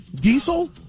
diesel